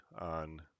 on